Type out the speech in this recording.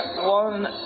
one